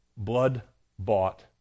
blood-bought